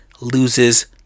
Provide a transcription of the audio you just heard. loses